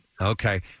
Okay